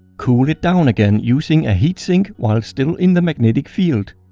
cool it down again using a heat sink while still in the magnetic field.